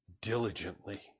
diligently